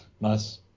Nice